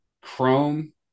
Chrome